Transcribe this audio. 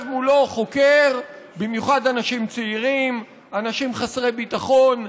במיוחד אנשים צעירים, אנשים חסרי ביטחון,